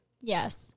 Yes